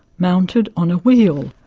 mounted on a wheel.